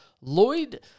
Lloyd